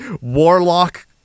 warlock